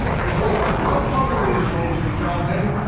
and what the blood covenant is, ladies and gentlemen,